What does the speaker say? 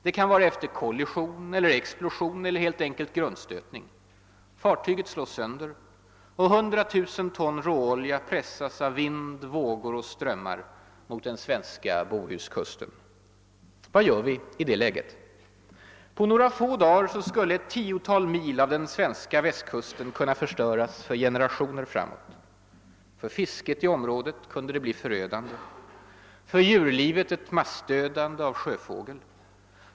Det kan vara efter kollision eller explosion eller helt enkelt grundstötning. Fartyget slås sönder och 100 000 ton råolja pressas av vindar, vågor och strömmar mot den svenska Bohuskusten. Vad gör vi i det läget? På några få dagar skulle ett tiotal mil av den svenska Västkusten kunna förstöras för generationer framåt. För fisket i området kunde det bli förödande. För djurlivet ett massdödande av sjöfågel.